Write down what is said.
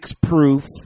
proof